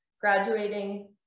graduating